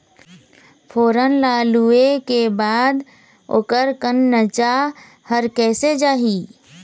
फोरन ला लुए के बाद ओकर कंनचा हर कैसे जाही?